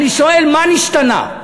אני שואל: מה נשתנה?